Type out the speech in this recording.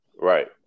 Right